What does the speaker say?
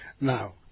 Now